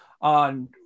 on